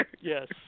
Yes